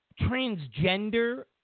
transgender